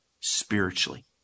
spiritually